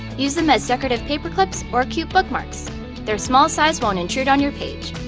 use them as decorative paper clips or cute bookmarks their small size won't intrude on your page.